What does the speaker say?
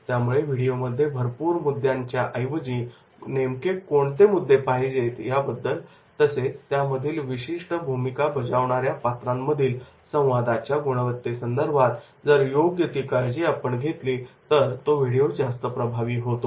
त्यामुळे व्हिडिओमध्ये भरपूर मुद्द्यांच्याऐवजी नेमके कोणते मुद्दे पाहिजे याबद्दल तसेच त्यामधील विशिष्ट भूमिका बजावणाऱ्या पात्रांमधील संवादाच्या गुणवत्तेसंदर्भात जर योग्य ती काळजी आपण घेतली तर तो व्हिडिओ जास्त प्रभावी होतो